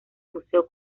museo